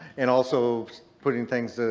and also putting things so